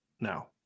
now